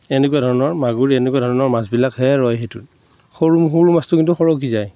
এনেকুৱা ধৰণৰ মাগুৰ এনেকুৱা ধৰণৰ মাছবিলাকহে ৰয় সেইটোত সৰু সৰু মাছটো কিন্তু সৰকি যায়